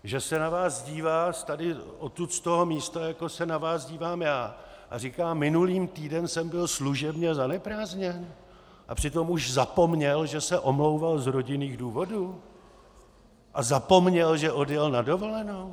Že se na vás dívá odtud z tohoto místa, jako se na vás dívám já, a říká: minulý týden jsem byl služebně zaneprázdněn, a přitom už zapomněl, že se omlouval z rodinných důvodů, a zapomněl, že odjel na dovolenou?